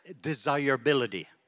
desirability